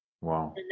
Wow